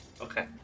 Okay